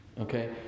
okay